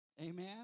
Amen